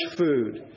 food